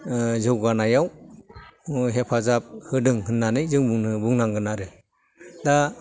ओह जौगानायाव ओह हेफाजाब होदों होननानै जों बुंनो बुंनांगोन आरो दा